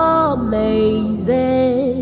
amazing